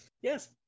Yes